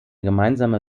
gemeinsame